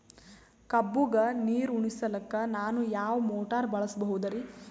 ಕಬ್ಬುಗ ನೀರುಣಿಸಲಕ ನಾನು ಯಾವ ಮೋಟಾರ್ ಬಳಸಬಹುದರಿ?